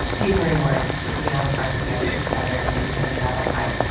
steven ray morris, for putting all the parts of the episode together and getting it out on time.